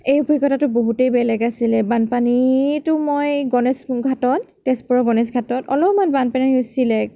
এই অভিজ্ঞতাটো বহুতেই বেলেগ আছিলে বানপানীতো মই গণেশঘাটত তেজপুৰৰ গণেশঘাটত অলপমান বানপানী হৈছিলে